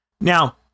Now